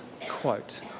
quote